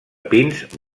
pins